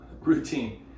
routine